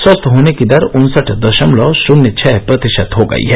स्वस्थ होने की दर उन्सठ दशमलव शून्य छह प्रतिशत हो गई है